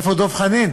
איפה דב חנין?